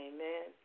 Amen